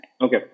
Okay